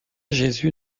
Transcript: jésus